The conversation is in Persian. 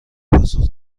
پاسخ